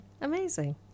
Amazing